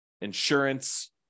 insurance